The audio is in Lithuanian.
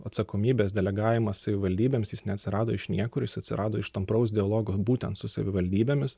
atsakomybės delegavimas savivaldybėms jis neatsirado iš niekur jis atsirado iš tampraus dialogo būtent su savivaldybėmis